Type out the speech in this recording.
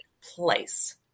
place